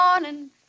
morning